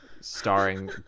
starring